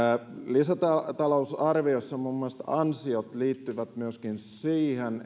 lisätalousarviossa ansiot liittyvät muun muassa myöskin siihen